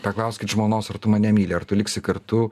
paklauskit žmonos ar tu mane myli ar tu liksi kartu